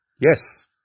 Yes